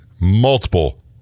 multiple